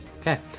Okay